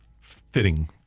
fitting